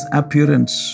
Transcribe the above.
appearance